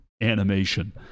animation